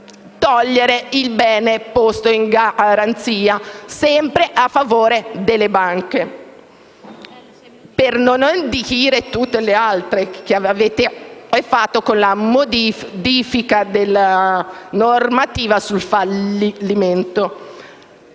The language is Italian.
togliere il bene posto in garanzia. Sempre a favore delle banche. Per non dire di tutte le altre cose che avete fatto con la modifica della normativa sul fallimento.